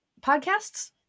podcasts